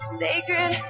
sacred